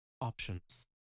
Options